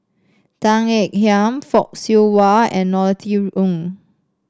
Tan Ean Kiam Fock Siew Wah and Norothy Ng